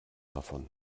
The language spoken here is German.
davon